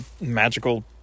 magical